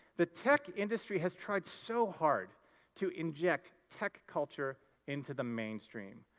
the tech industry has tried so hard to inject tech culture into the mainstream.